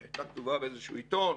היא הייתה כתובה באיזשהו עיתון,